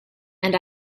and